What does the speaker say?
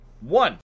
one